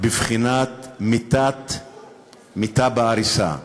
בבחינת מיתה בעריסה.